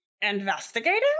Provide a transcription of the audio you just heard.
investigating